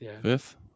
Fifth